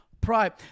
pride